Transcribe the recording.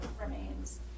remains